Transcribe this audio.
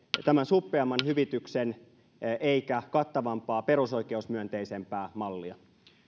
tämän suppeamman hyvityksen eikä kattavampaa perusoikeusmyönteisempää mallia